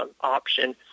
option